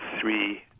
three